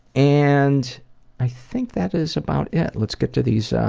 and i think that is about it. let's get to these